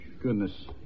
goodness